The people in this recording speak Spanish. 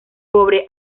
pobre